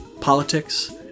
politics